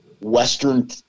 Western